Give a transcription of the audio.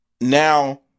Now